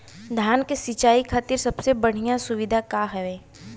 धान क सिंचाई खातिर सबसे बढ़ियां सुविधा का हवे?